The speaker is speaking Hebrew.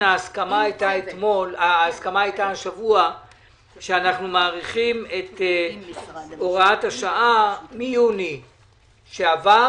ההסכמה הייתה שאנחנו מאריכים את הוראת השעה מיוני שעבר